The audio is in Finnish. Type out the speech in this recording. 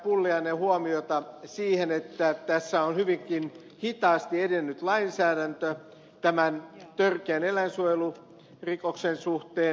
pulliainen huomiota siihen että tässä on hyvinkin hitaasti edennyt lainsäädäntö tämän törkeän eläinsuojelurikoksen suhteen